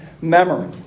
memory